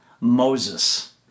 Moses